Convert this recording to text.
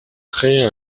créez